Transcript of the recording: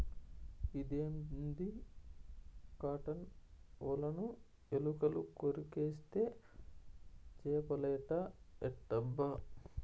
ఇదేంది కాటన్ ఒలను ఎలుకలు కొరికేస్తే చేపలేట ఎట్టబ్బా